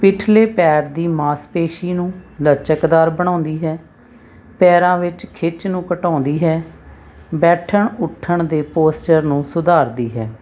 ਪਿਛਲੇ ਪੈਰ ਦੀ ਮਾਸਪੇਸ਼ੀ ਨੂੰ ਲਚਕਦਾਰ ਬਣਾਉਂਦੀ ਹੈ ਪੈਰਾਂ ਵਿੱਚ ਖਿੱਚ ਨੂੰ ਘਟਾਉਂਦੀ ਹੈ ਬੈਠਣ ਉੱਠਣ ਦੇ ਪੋਸਚਰ ਨੂੰ ਸੁਧਾਰਦੀ ਹੈ